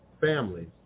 families